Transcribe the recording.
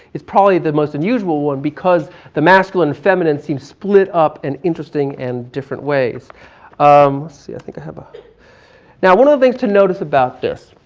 it's probably the most unusual one because the masculine, feminine seems split up in interesting and different ways. let's um see, i think i have, ah now one of the things to notice about this.